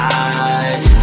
eyes